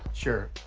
sure.